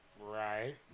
Right